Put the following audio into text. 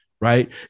right